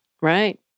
Right